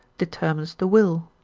determines the will.